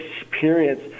experience